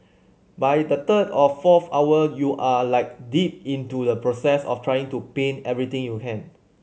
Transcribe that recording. by the third of fourth hour you are like deep into the process of trying to paint everything you can